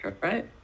right